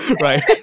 right